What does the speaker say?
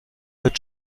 wird